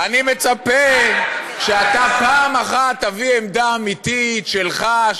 אני מצפה שאתה פעם אחת תביא עמדה אמיתית שלך,